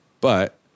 But-